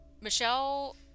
michelle